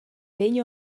vegn